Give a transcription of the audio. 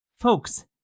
Folks